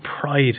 pride